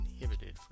inhibited